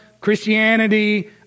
Christianity